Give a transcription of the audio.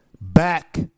back